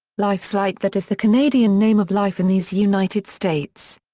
life's like that is the canadian name of life in these united states.